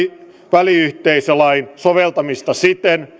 väliyhteisölain soveltamista siten